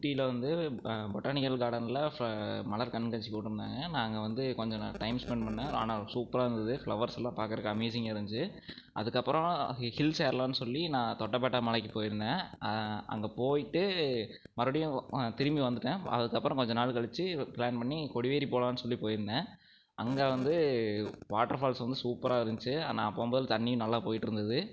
ஊட்டியில் வந்து பொட்டானிக்கல் கார்டனில் ஃப மலர் கண்காட்சி போட்டிருந்தாங்க நான் அங்கே வந்து கொஞ்சம் டைம் ஸ்பென்ட் பண்ணிணேன் ஆனால் சூப்பராக இருந்தது ஃப்ளவர்ஸ்யெலாம் பார்க்குறக்கு அமேஸிங்காக இருந்துச்சு அதுக்கப்புறம் ஹில்ஸ் ஏறலாம்னு சொல்லி நான் தொட்டபெட்டா மலைக்கு போயிருந்தேன் அங்கே போய்விட்டு மறுபடியும் திரும்பி வந்துவிட்டேன் அதுக்கப்புறம் கொஞ்ச நாள் கழித்து பிளான் பண்ணி கொடிவேரி போகலான் சொல்லி போயிருந்தேன் அங்கே வந்து வாட்டர் பால்ஸ் வந்து சூப்பராக இருந்துச்சு நான் போகும் போது தண்ணியும் நல்லா போயிட்ருந்தது